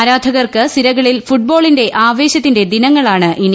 ആരാധകർക്ക് സിരകളിൽ ഫുട്ബോൾ ആവേശത്തിന്റെ ദിനങ്ങളാണ് ഇനി